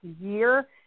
year